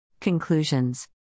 Conclusions